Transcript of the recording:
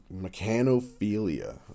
mechanophilia